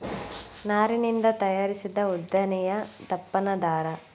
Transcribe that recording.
ನಾರಿನಿಂದ ತಯಾರಿಸಿದ ಉದ್ದನೆಯ ದಪ್ಪನ ದಾರಾ